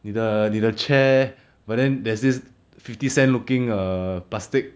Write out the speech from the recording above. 你的你的 chair but then there's this fifty cent looking err plastic